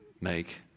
Make